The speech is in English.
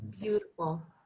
beautiful